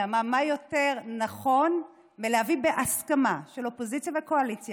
נעמה: מה יותר נכון מלהביא בהסכמה בין קואליציה